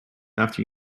after